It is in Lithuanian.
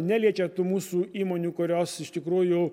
neliečia tų mūsų įmonių kurios iš tikrųjų